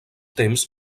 temps